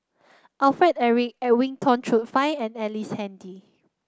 Alfred Eric Edwin Tong Chun Fai and Ellice Handy